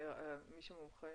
זה מישהו מומחה